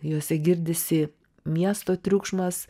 juose girdisi miesto triukšmas